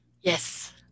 Yes